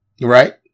right